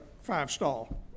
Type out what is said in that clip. five-stall